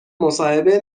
مصاحبه